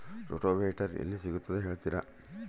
Rotavator ಎಲ್ಲಿ ಸಿಗುತ್ತದೆ ಹೇಳ್ತೇರಾ?